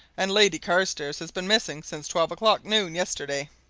and lady carstairs has been missing since twelve o'clock noon yesterday!